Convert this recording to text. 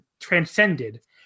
transcended